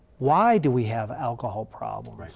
why do we have alcohol problems?